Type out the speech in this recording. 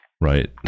right